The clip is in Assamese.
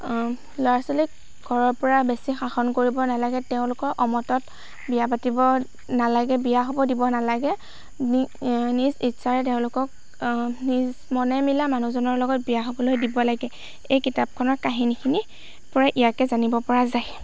ল'ৰা ছোৱালীক ঘৰৰ পৰা বেছি শাসন কৰিব নালাগে তেওঁলোকৰ অমতত বিয়া পাতিব নালাগে বিয়া হ'ব দিব নালাগে নিজ ইচ্ছাৰে তেওঁলোকক নিজ মনে মিলা মানুহজনৰ লগত বিয়া হ'বলৈ দিব লাগে এই কিতাপখনৰ কাহিনীখিনিৰ পৰা ইয়াকে জানিব পৰা যায়